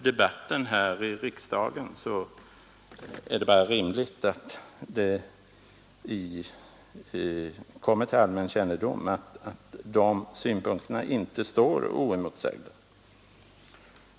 Det är väl bara rimligt att detta kommer till allmän kännedom och att de synpunkterna inte står oemotsagda.